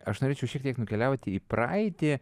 aš norėčiau šiek tiek nukeliauti į praeitį